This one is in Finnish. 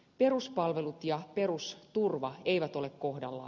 peruspalvelut ja perusturva eivät ole kohdallaan